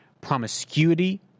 promiscuity